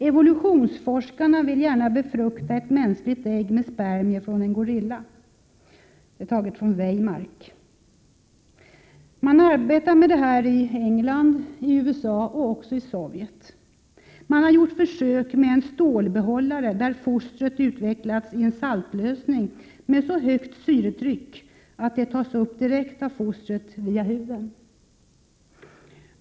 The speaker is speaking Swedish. Evolutionsforskarna vill gärna befrukta ett mänskligt ägg med spermier från en gorilla, säger en forskare som heter Weimarck. Man arbetar med detta i England, USA och Sovjet. Man har gjort försök med stålbehållare där fostret utvecklas i en saltlösning med så högt syretryck att det tas upp direkt av fostret via huden.